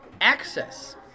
access